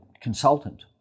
consultant